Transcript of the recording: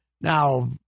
Now